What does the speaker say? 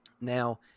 Now